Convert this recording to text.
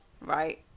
right